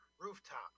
rooftop